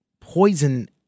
poison